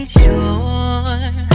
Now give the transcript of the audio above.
sure